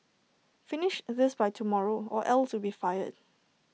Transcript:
finish this by tomorrow or else you'll be fired